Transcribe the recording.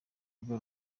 rwe